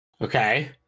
Okay